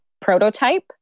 prototype